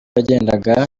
yagendaga